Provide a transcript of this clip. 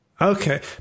Okay